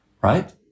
right